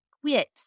quit